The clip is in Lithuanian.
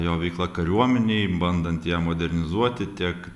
jo veikla kariuomenėj bandant ją modernizuoti tiek